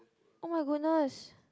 [oh]-my-goodness